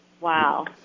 Wow